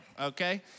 okay